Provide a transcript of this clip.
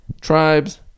tribes